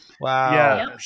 Wow